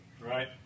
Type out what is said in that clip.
Right